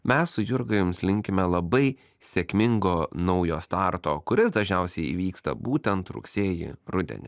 mes su jurga jums linkime labai sėkmingo naujo starto kuris dažniausiai įvyksta būtent rugsėjį rudenį